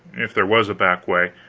if there was a back way,